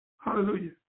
Hallelujah